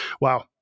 wow